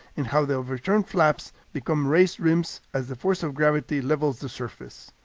and how the overturned flaps become raised rims as the force of gravity levels the surface.